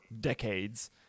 decades